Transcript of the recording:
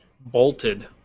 bolted